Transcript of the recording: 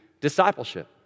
discipleship